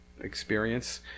experience